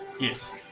Yes